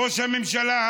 ראש הממשלה,